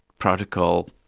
protocol,